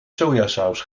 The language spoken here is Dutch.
sojasaus